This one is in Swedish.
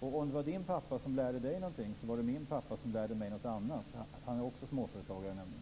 Om Per Rosengrens pappa lärde honom någonting lärde min pappa mig någonting annat. Han var också småföretagare, nämligen.